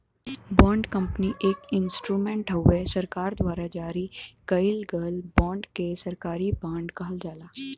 bond company एक instrument हउवे सरकार द्वारा जारी कइल गयल बांड के सरकारी बॉन्ड कहल जाला